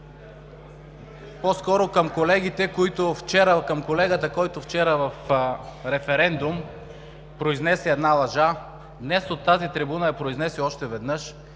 по-скоро към колегата, който вчера в „Референдум“ произнесе една лъжа. Днес от тази трибуна я произнесе още веднъж